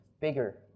bigger